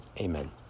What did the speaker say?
amen